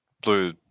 blue